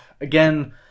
again